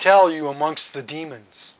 tell you amongst the demons